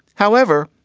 however,